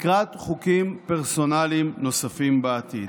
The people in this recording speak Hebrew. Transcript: לקראת חוקים פרסונליים נוספים בעתיד.